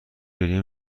گریه